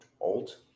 Alt